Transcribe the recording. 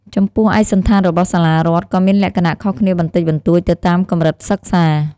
ចំពោះឯកសណ្ឋានរបស់សាលារដ្ឋក៏មានលក្ខណៈខុសគ្នាបន្តិចបន្តួចទៅតាមកម្រិតសិក្សា។